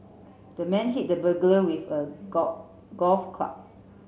the man hit the burglar with a golf golf club